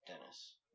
Dennis